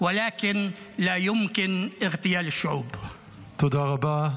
תודה רבה.